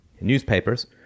newspapers